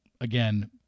Again